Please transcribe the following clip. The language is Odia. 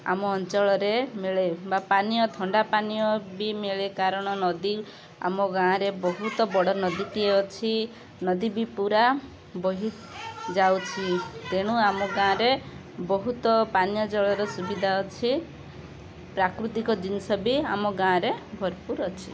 ଆମ ଅଞ୍ଚଳରେ ମିଳେ ବା ପାନୀୟ ଥଣ୍ଡା ପାନୀୟ ବି ମିଳେ କାରଣ ନଦୀ ଆମ ଗାଁ'ରେ ବହୁତ ବଡ଼ ନଦୀଟିଏ ଅଛି ନଦୀ ବି ପୁରା ବହି ଯାଉଛି ତେଣୁ ଆମ ଗାଁ'ରେ ବହୁତ ପାନୀୟ ଜଳର ସୁବିଧା ଅଛି ପ୍ରାକୃତିକ ଜିନିଷ ବି ଭରପୁର ଅଛି